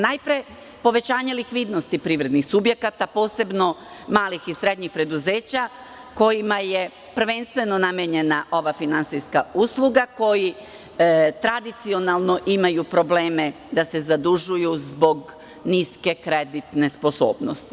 Najpre povećanje likvidnosti privrednih subjekata, posebno malih i srednjih preduzeća kojima je prvenstveno namenjena ova finansijska usluga, koji tradicionalno imaju probleme da se zadužuju zbog niske kreditne sposobnosti.